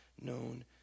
known